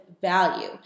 value